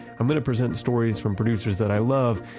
i'm going to present stories from producers that i love,